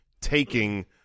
taking